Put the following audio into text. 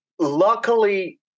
Luckily